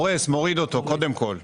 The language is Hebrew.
אני הורס אותו, קודם כל.